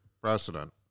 precedent